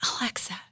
Alexa